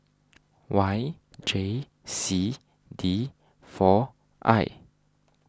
Y J C D four I